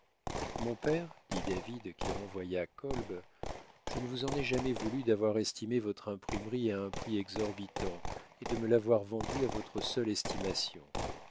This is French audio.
mon père dit david qui renvoya kolb je ne vous en ai jamais voulu d'avoir estimé votre imprimerie à un prix exorbitant et de me l'avoir vendue à votre seule estimation